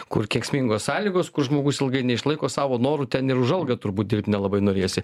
kur kenksmingos sąlygos kur žmogus ilgai neišlaiko savo noru ten ir už algą turbūt dirbt nelabai norėsi